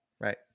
Right